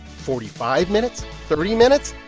forty-five minutes? thirty minutes?